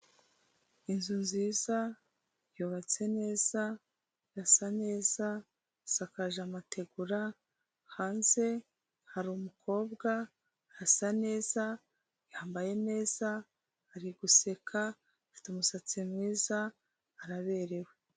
Inzu nziza yubatse neza, irasa neza, isakaje amategura, hanze hari umukobwa asa neza, yambaye neza, ari guseka, afite umusatsi mwiza araberewe.